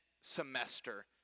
semester